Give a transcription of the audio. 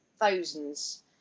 thousands